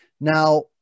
Now